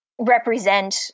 represent